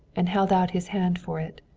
and held out his hand for it.